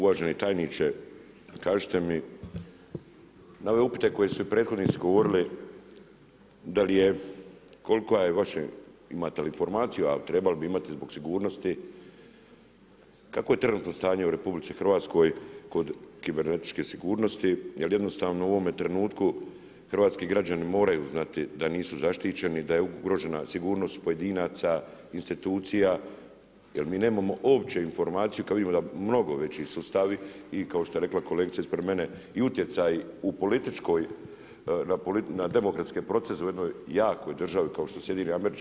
Uvaženi tajniče, kažite mi na ove upite koje su i prethodnici govorili da li je, koliko je vaše, imate li informaciju a trebali biste imati zbog sigurnosti, kako je trenutno stanje u RH kod kibernetičke sigurnosti jer jednostavno u ovome trenutku hrvatski građani moraju znati da nisu zaštićeni, da je ugrožena sigurnost pojedinaca, institucija, jer mi nemamo uopće informaciju kada vidimo da mnogo veći sustavi i kao što je rekla kolegica ispred mene i utjecaji na demokratske procese u jednoj jakoj državi kao što su SAD.